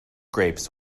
grapes